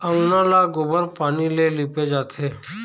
अंगना ल गोबर पानी ले लिपे जाथे